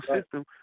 system